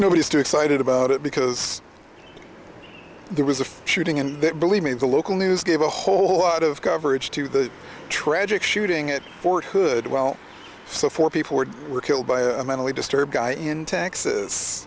nobody's too excited about it because there was a shooting in that believe me the local news gave a whole lot of coverage to the tragic shooting at fort hood well so four people were killed by a mentally disturbed guy in texas